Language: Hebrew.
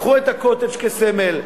לקחו את ה"קוטג'" כסמל,